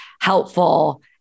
helpful